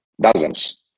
dozens